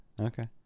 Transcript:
okay